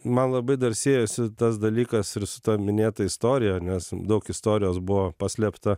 man labai dar siejosi tas dalykas ir su ta minėta istorija nes daug istorijos buvo paslėpta